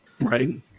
Right